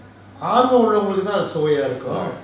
mm